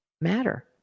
matter